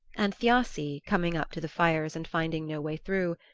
and thiassi, coming up to the fires and finding no way through,